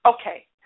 Okay